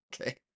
Okay